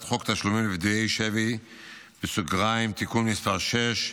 חוק תשלומים לפדויי שבי (תיקון מס' 6)